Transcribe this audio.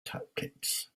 tactics